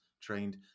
trained